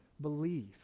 believe